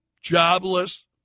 jobless